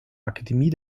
akademie